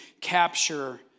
capture